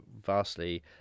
vastly